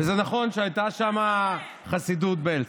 וזה נכון שהייתה שם חסידות בעלז,